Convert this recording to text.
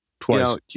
Twice